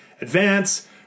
advance